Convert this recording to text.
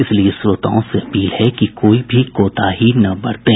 इसलिए श्रोताओं से अपील है कि कोई भी कोताही न बरतें